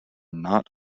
not